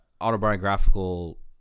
autobiographical